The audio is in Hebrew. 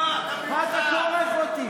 לא, אתה מיוחד.